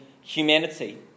humanity